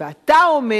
ואתה אומר: